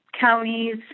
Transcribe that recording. counties